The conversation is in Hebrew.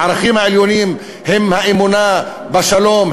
הערכים העליונים הם האמונה בשלום,